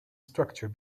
structure